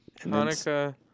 Hanukkah